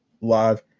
live